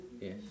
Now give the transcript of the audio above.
Yes